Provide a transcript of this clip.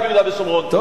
זאת המציאות.